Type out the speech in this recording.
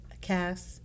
cast